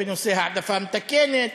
בנושא העדפה מתקנת,